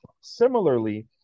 Similarly